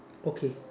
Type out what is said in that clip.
okay